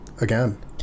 again